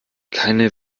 keine